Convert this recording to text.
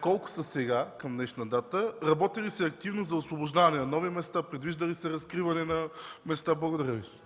Колко са сега, към днешна дата? Работи ли се активно за освобождаване на нови места? Предвижда ли се разкриване на места? Благодаря Ви.